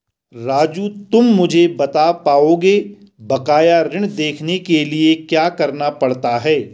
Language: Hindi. राजू तुम मुझे बता पाओगे बकाया ऋण देखने के लिए क्या करना पड़ता है?